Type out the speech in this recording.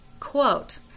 Quote